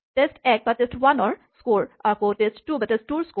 test1 ৰ score আৰু test two ৰ স্ক'ৰ